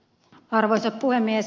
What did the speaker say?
arvoisa puhemies